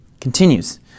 Continues